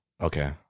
Okay